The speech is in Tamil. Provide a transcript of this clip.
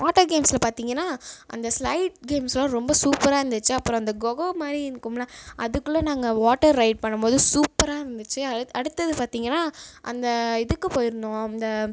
வாட்டர் கேம்ஸில் பார்த்தீங்கன்னா அந்த ஸ்லைட் கேம்ஸ்லாம் ரொம்ப சூப்பராக இருந்துச்சு அப்புறம் அந்த கொகை மாதிரி இருக்குமில்ல அதுக்குள்ளே நாங்கள் வாட்டர் ரைட் பண்ணும் போது சூப்பராக இருந்துச்சு அடுத் அடுத்தது பார்த்தீங்கன்னா அந்த இதுக்குப் போயிருந்தோம் இந்த